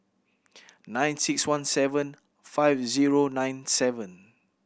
nine six one seven five zero nine seven